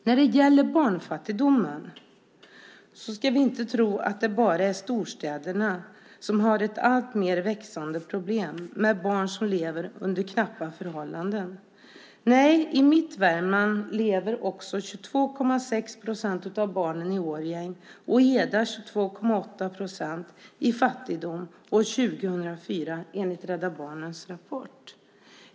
När det gäller barnfattigdomen ska vi inte tro att det bara är storstäderna som har ett alltmer växande problem med barn som lever under knappa förhållanden. Nej, i mitt Värmland levde 22,6 procent av barnen i Årjäng, och i Eda 22,8 procent, i fattigdom år 2004, enligt Rädda Barnens rapport.